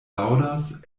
laŭdas